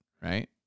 right